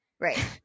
right